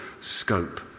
scope